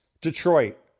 Detroit